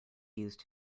used